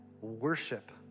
worship